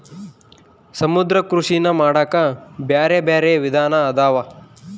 ಸಮುದ್ರ ಕೃಷಿನಾ ಮಾಡಾಕ ಬ್ಯಾರೆ ಬ್ಯಾರೆ ವಿಧಾನ ಅದಾವ